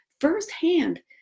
firsthand